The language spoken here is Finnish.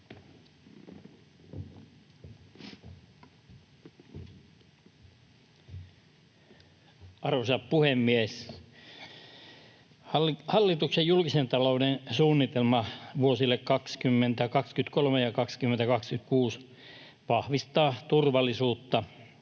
Arvoisa puhemies! Hallituksen julkisen talouden suunnitelma vuosille 2023—2026 vahvistaa turvallisuutta,